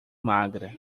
magra